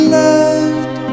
loved